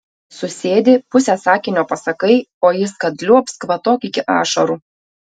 susėdi pusę sakinio pasakai o jis kad liuobs kvatok iki ašarų